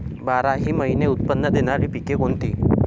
बाराही महिने उत्त्पन्न देणारी पिके कोणती?